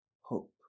hope